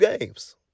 games